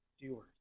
doers